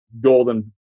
golden